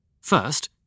first